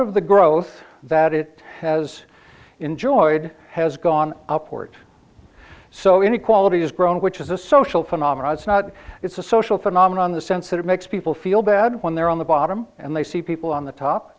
of the growth that it has enjoyed has gone upward so inequality has grown which is a social phenomenon it's not it's a social phenomenon the sense that it makes people feel bad when they're on the bottom and they see people on the top